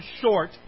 short